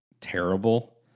terrible